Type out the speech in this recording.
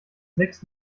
sechs